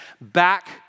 back